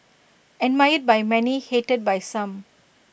admired by many hated by some